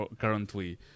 currently